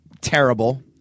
Terrible